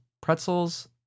pretzels